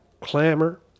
clamor